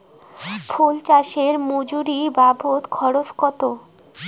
ফুল চাষে মজুরি বাবদ খরচ কত?